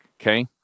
Okay